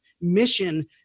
mission